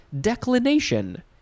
Declination